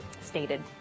stated